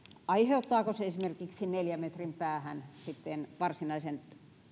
aiheuttaako se esimerkiksi neljän metrin päähän sitten varsinaisen